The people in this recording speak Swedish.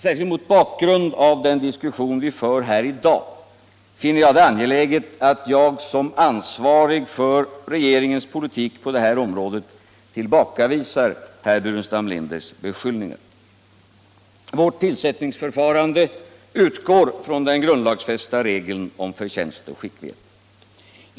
Särskilt mot bakgrund av den diskussion vi för här i dag finner jag det angeläget, herr talman, att jag Som ansvarig för regeringens politik på detta område tillbakavisar herr Burenstam Linders beskyllningar. Vårt tillsättningsförfarande utgår från den grundlags fästa regeln om förtjänst och skicklighet.